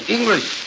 English